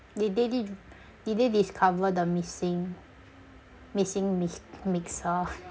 did they di~ did they discover the missing missing mi~ mixer